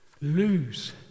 Lose